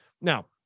Now